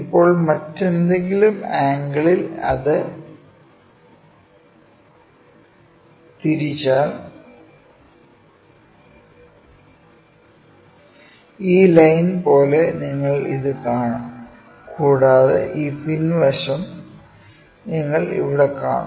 ഇപ്പോൾ മറ്റേതെങ്കിലും ആംഗ്ളിൽ ഇത് തിരിച്ചാൽ ഈ ലൈൻ പോലെ നിങ്ങൾ ഇത് കാണും കൂടാതെ ഈ പിൻവശം നിങ്ങൾ ഇവിടെ കാണും